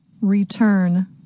return